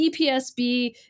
EPSB